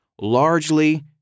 largely